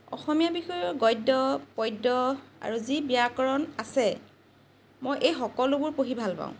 অসমীয়া বিষয়ৰ গদ্য পদ্য আৰু যি ব্যাকৰণ আছে মই এই সকলোবোৰ পঢ়ি ভাল পাওঁ